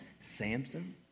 Samson